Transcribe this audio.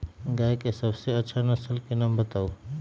गाय के सबसे अच्छा नसल के नाम बताऊ?